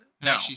No